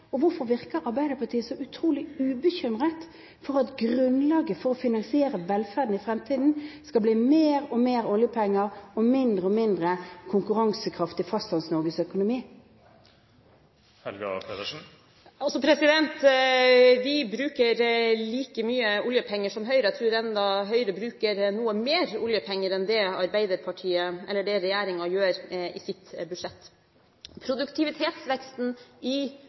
Og hvorfor virker Arbeiderpartiet så utrolig ubekymret for at grunnlaget for å finansiere velferden i fremtiden skal bli mer og mer bruk av oljepenger og mindre og mindre konkurransekraft i Fastlands-Norges økonomi? Vi bruker like mye oljepenger som Høyre. Jeg tror enda Høyre bruker noe mer oljepenger enn det regjeringen gjør i sitt budsjett. Produktivitetsveksten i